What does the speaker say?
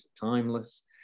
timeless